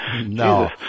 No